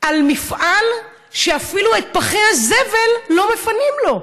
של מפעל שאפילו את פחי הזבל לא מפנים לו,